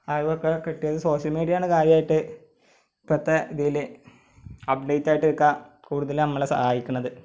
അറിവൊക്കെ കിട്ടിയത് social media ആണ് കാര്യമായിട്ട് ഇപ്പൊഴത്തെ ഇതിൽ അപ്ഡേറ്റായിട്ട് നിൽക്കാന് കൂടുതൽ നമ്മളെ സഹായിക്കുന്നത്